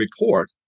report